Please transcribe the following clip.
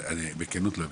אני בכנות לא הבנתי.